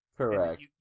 Correct